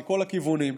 מכל הכיוונים.